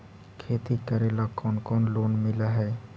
खेती करेला कौन कौन लोन मिल हइ?